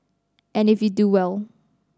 and if you do well